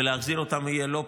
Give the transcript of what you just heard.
ולהחזיר אותם יהיה לא פשוט.